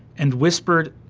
and whispered,